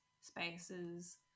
spaces